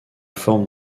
forme